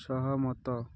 ସହମତ